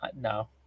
no